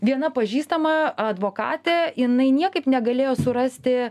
viena pažįstama advokatė jinai niekaip negalėjo surasti